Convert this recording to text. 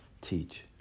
teach